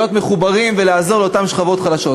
להיות מחוברים ולעזור לאותן שכבות חלשות.